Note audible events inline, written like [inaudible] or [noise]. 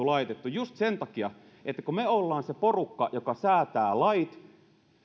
[unintelligible] laitettu just sen takia että kun me olemme se porukka joka säätää lait